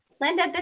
Linda